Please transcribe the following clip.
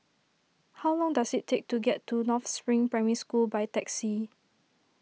how long does it take to get to North Spring Primary School by taxi